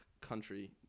country